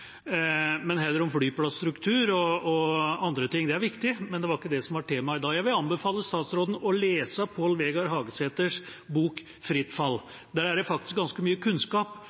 men heller om flyplasstruktur og andre ting. Det er viktig, men det er ikke det som er temaet. Jeg vil anbefale statsråden å lese Pål Vegard Hagesæthers bok «Fritt fall». Der er det faktisk ganske mye kunnskap